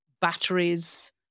batteries